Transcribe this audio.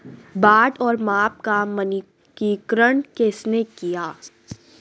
बाट और माप का मानकीकरण किसने किया?